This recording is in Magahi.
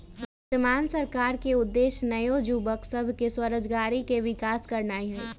वर्तमान सरकार के उद्देश्य नओ जुबक सभ में स्वरोजगारी के विकास करनाई हई